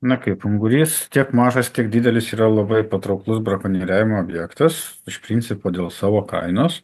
na kaip ungurys tiek mažas tiek didelis yra labai patrauklus brakonieriavimo objektas iš principo dėl savo kainos